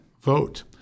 vote